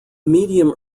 medium